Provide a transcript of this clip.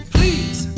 Please